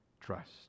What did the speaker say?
Trust